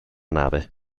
nave